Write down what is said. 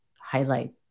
highlight